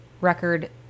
record